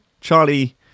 Charlie